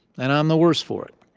and i'm the worse for it.